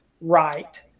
right